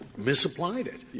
misapplied it.